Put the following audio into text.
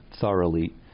thoroughly